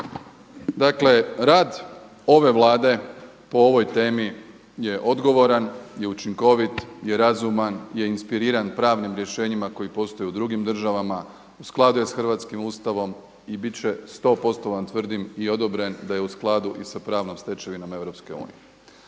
Dakle, rad ove Vlade po ovoj temi je odgovoran i učinkovit i razuman je inspiriran i pravnim rješenjima koji postoje u drugim državama, u skladu je sa hrvatskim Ustavom i bit će sto posto vam tvrdim i odobren da je u skladu i sa pravnom stečevinom EU.